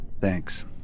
Thanks